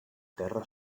terra